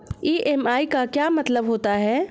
EMI का क्या मतलब होता है?